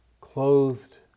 Clothed